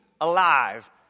alive